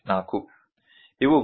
4 i